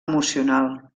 emocional